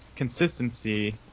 Consistency